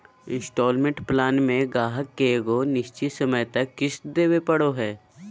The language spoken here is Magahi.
इन्सटॉलमेंट प्लान मे गाहक के एगो निश्चित समय तक किश्त देवे पड़ो हय